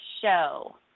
show